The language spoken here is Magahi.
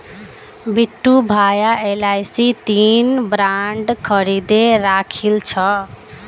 बिट्टू भाया एलआईसीर तीन बॉन्ड खरीदे राखिल छ